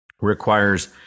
requires